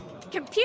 computer